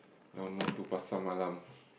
now more to Pasar Malam